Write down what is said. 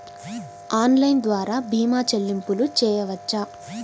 Online ద్వార భీమా చెల్లింపులు చేయవచ్చా?